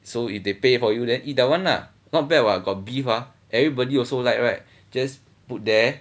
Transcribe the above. so if they pay for you then eat that one lah not bad what got beef ah everybody also like right just put there